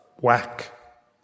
Whack